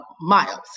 Miles